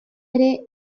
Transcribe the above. ere